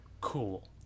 cool